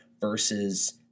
versus